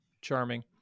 charming